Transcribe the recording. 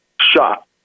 shot